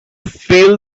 fill